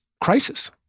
crisis